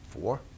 four